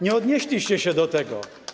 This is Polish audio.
Nie odnieśliście się do tego.